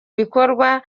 bikorwa